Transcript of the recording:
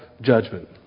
judgment